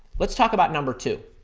let's talk about number two.